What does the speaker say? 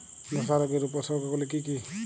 ধসা রোগের উপসর্গগুলি কি কি?